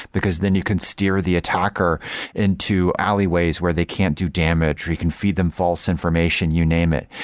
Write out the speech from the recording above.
because then you can steer the attacker into alleyways where they can't do damage or you can feed them false information, you name it.